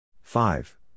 Five